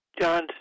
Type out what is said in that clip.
John